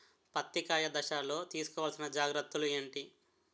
పత్తి కాయ దశ లొ తీసుకోవల్సిన జాగ్రత్తలు ఏంటి?